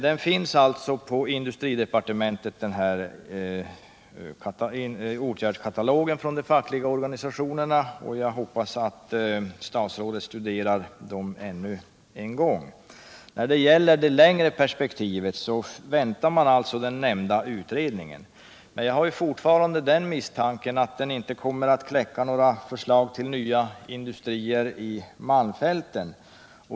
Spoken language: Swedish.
Den här åtgärdskatalogen från de fackliga organisationerna finns alltså på industridepartementet, och jag hoppas att statsrådet studerar förslaget ännu en gång. När det gäller det längre perspektivet väntar man på den nämnda utredningen. Men jag har fortfarande misstanken att den inte kommer att kläcka något förslag till nya industrier i malmfälten.